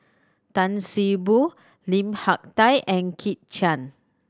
Tan See Boo Lim Hak Tai and Kit Chan